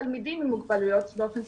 תלמידים עם מוגבלויות באופן ספציפי.